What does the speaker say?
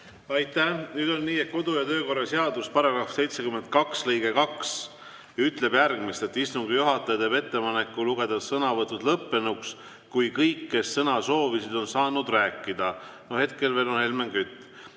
Aitäh! Nüüd on nii, et kodu- ja töökorra seaduse § 72 lõige 2 ütleb järgmist: istungi juhataja teeb ettepaneku lugeda sõnavõtud lõppenuks, kui kõik, kes sõna soovisid, on saanud rääkida – hetkel veel on Helmen Kütt